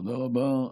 תודה רבה.